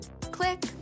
Click